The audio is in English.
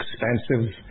expensive